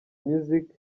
music